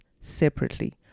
separately